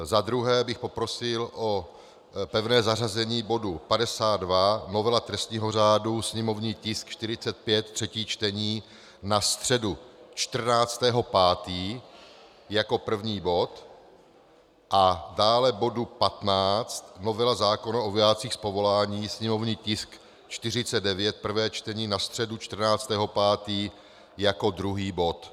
Za druhé bych poprosil o pevné zařazení bodu 52, novela trestního řádu, sněmovní tisk 45, třetí čtení, na středu 14. 5. jako první bod, a dále bodu 15, novela zákona o vojácích z povolání, sněmovní tisk 49, prvé čtení, na středu 14. 5. jako druhý bod.